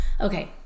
Okay